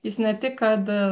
jis ne tik kad